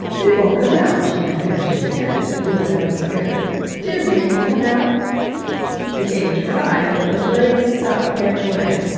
it won't come out she added, as she attempted to pull it out of the scabbard do make it come out the king tried, but the blade stuck half way,